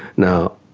now,